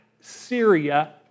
Syria